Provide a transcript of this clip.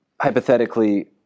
hypothetically